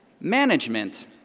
Management